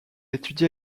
étudié